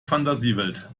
fantasiewelt